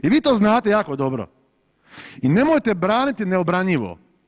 I vi to znate jako dobro i nemojte braniti neobranjivo.